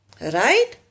Right